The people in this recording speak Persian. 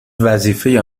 وظیفه